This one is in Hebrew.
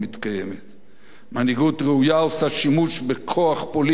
מנהיגות ראויה עושה שימוש בכוח פוליטי וביכולת